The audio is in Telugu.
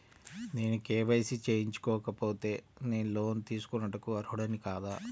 నేను కే.వై.సి చేయించుకోకపోతే నేను లోన్ తీసుకొనుటకు అర్హుడని కాదా?